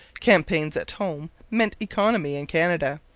campaigns at home meant economy in canada,